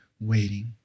waiting